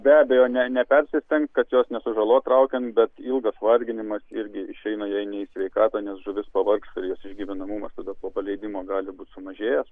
be abejo ne nepersistengt kad jos nesužalot traukiant bet ilgas varginimas irgi išeina jai ne į sveikatą nes žuvis pavargsta jos išgyvenamumas tada po paleidimo gali būt sumažėjęs